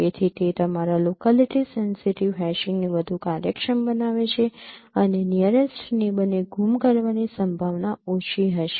તેથી તે તમારા લોકાલીટી સેન્સિટિવ હેશીંગને વધુ કાર્યક્ષમ બનાવે છે અને નીયરેસ્ટ નેબર ને ગુમ કરવાની સંભાવના ઓછી હશે